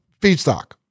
feedstock